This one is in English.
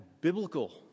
biblical